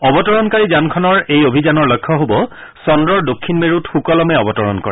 অৱতৰণকাৰী যানখনৰ এই অভিযানৰ লক্ষ্য হ'ব চন্দ্ৰৰ দক্ষিণ মেৰুত সুকলমে অৱতৰণ কৰা